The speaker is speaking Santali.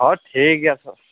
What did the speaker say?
ᱚ ᱴᱷᱤᱠ ᱜᱮᱭᱟᱛᱚ